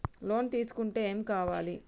Loan తీసుకుంటే ఏం కావాలి?